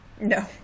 No